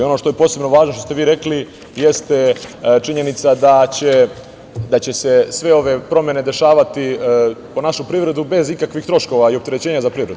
Ono što je posebno važno, što ste vi rekli, jeste činjenica da će se sve ove promene dešavati po našu privredu bez ikakvih troškova i opterećenja za privredu.